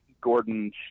Gordon